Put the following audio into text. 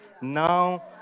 now